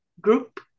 group